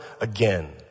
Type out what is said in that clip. again